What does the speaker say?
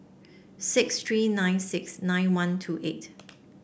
six three nine six nine one two eight